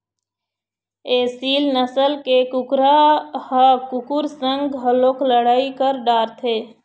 एसील नसल के कुकरा ह कुकुर संग घलोक लड़ई कर डारथे